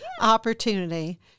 opportunity